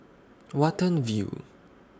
Watten View